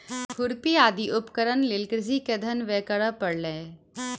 खुरपी आदि उपकरणक लेल कृषक के धन व्यय करअ पड़लै